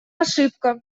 ошибка